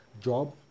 job